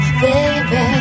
Baby